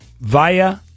via